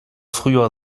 früher